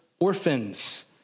Orphans